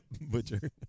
Butcher